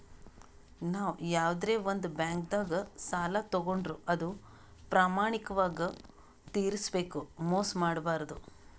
ನಾವ್ ಯವಾದ್ರೆ ಒಂದ್ ಬ್ಯಾಂಕ್ದಾಗ್ ಸಾಲ ತಗೋಂಡ್ರ್ ಅದು ಪ್ರಾಮಾಣಿಕವಾಗ್ ತಿರ್ಸ್ಬೇಕ್ ಮೋಸ್ ಮಾಡ್ಬಾರ್ದು